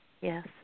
Yes